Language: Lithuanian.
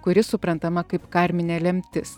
kuri suprantama kaip karminė lemtis